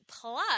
plus